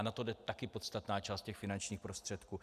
A na to jde taky podstatná část těch finančních prostředků.